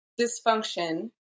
dysfunction